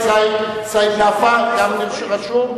גם סעיד נפאע רשום,